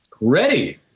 ready